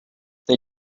they